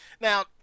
Now